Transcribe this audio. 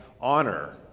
honor